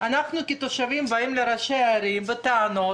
אנחנו כתושבים באים לראשי הערים בטענות.